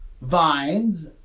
vines